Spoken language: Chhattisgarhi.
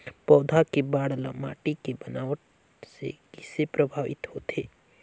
पौधा के बाढ़ ल माटी के बनावट से किसे प्रभावित होथे?